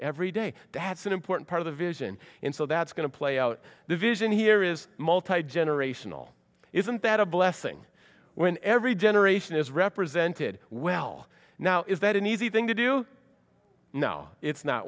every day that's an important part of the vision in so that's going to play out the vision here is multigenerational isn't that a blessing when every generation is represented well now is that an easy thing to do no it's not